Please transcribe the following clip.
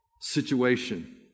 situation